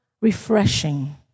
Refreshing